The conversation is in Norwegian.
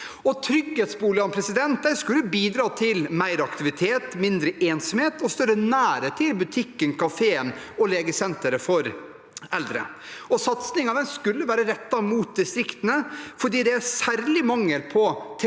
Trygghetsboligene skulle bidra til mer aktivitet, mindre ensomhet og større nærhet for eldre til butikken, kafeen og legesenteret. Satsingen skulle være rettet mot distriktene, fordi det er særlig mangel på